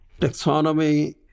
taxonomy